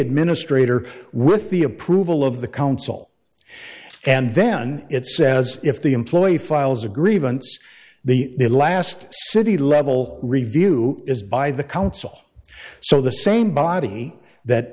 administrator with the approval of the council and then it says if the employee files a grievance the last city level review is by the council so the same body that